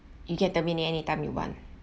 you can terminate anytime you want